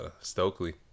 Stokely